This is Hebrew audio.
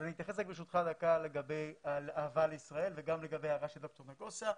אני אתייחס ברשותך לגבי ההבאה לישראל וגם לגבי ההערה של דוקטור נגוסה.